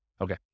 Okay